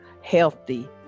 healthy